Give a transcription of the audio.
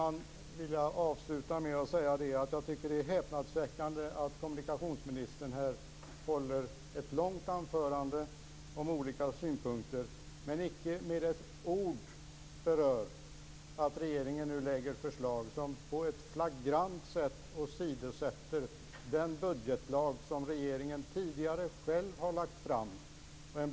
Jag vill avsluta med att säga att jag tycker att det är häpnadsväckande att kommunikationsministern här håller ett långt anförande med olika synpunkter men icke med ett ord berör att regeringen nu lägger fram förslag som innebär att man flagrant åsidosätter den budgetlag som regeringen tidigare själv har lagt fram.